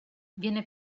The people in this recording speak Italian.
viene